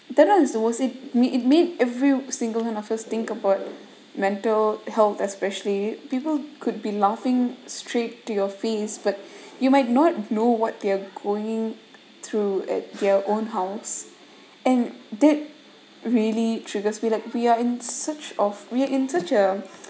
that one is the worst me it made every single one of us think about mental health especially people could be laughing straight to your face but you might not know what they're going through at their own house and that really triggers we like we are in such of we in such a